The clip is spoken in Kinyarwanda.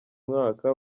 mwaka